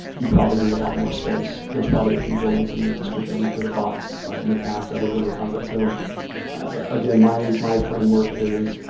you probably need a lot more space. there's probably a few buildings in the district that we could have bought in the past that would really house that. so again, my my framework is,